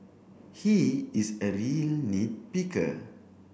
he is a real nit picker